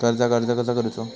कर्जाक अर्ज कसो करूचो?